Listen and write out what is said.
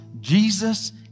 Jesus